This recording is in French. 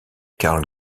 carl